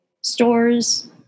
stores